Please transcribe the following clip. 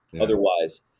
otherwise